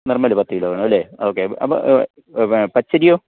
നിർമ്മൽ പത്ത്കിലോ വേണമല്ലേ ഓക്കേ അപ്പോൾ പച്ചരിയോ